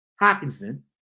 Hawkinson